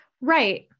Right